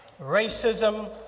racism